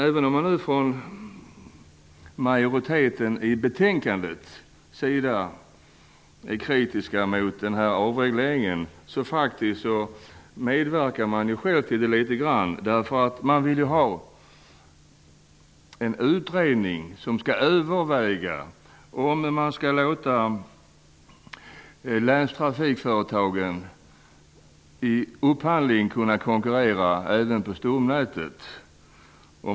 Även om nu majoriteten i utskottet är kritisk mot avregleringen medverkar man i någon mån själv till den -- man vill ju att en utredning skall överväga om vi skall låta länstrafikföretagen konkurrera i upphandling även på stomnätet.